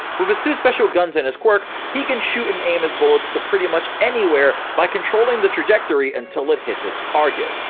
with his two special guns and his quirk, he can shoot and aim his bullets pretty much anywhere by controlling the trajectory until it hits it's target!